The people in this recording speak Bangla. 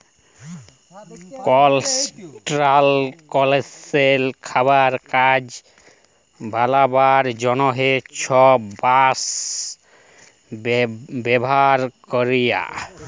কলস্ট্রাকশলে, খাবারে, কাগজ বালাবার জ্যনহে ছব বাঁশ ব্যাভার ক্যরে